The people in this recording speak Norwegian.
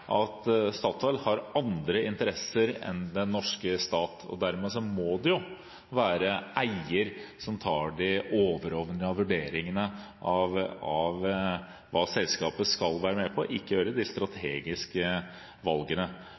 at Statoil har andre interesser enn den norske stat. Dermed må det være eier som tar de overordnede vurderingene av hva selskapet skal være med på, ikke gjøre de strategiske valgene.